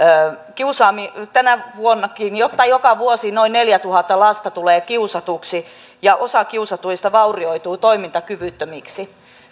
tänä vuonnakin joka vuosi noin neljätuhatta lasta tulee kiusatuksi ja osa kiusatuista vaurioituu toimintakyvyttömiksi